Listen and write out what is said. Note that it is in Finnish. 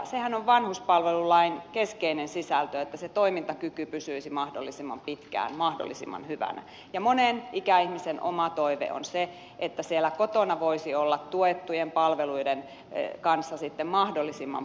sehän on vanhuspalvelulain keskeinen sisältö että se toimintakyky pysyisi mahdollisimman pitkään mahdollisimman hyvänä ja monen ikäihmisen oma toive on se että siellä kotona voisi olla tuettujen palveluiden kanssa sitten mahdollisimman pitkään